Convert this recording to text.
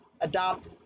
adopt